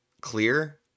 clear